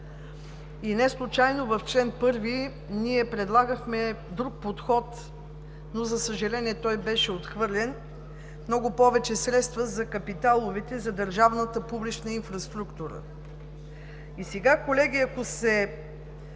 И неслучайно в чл. 1 ние предложихме друг подход, но, за съжаление, той беше отхвърлен – много повече средства за капиталовите, за държавната публична инфраструктура. Сега, колеги, ако